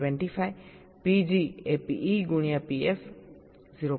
25 PG એ PE ગુણ્યા PF 0